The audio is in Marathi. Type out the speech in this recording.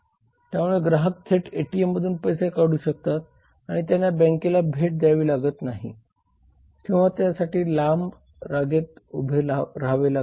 त्यामुळे ग्राहक थेट एटीएममधून पैसे काढू शकतात आणि त्यांना बँकेला भेट द्यावी लागत नाही किंवा त्यासाठी लांब रांगेत उभे राहावे लागत नाही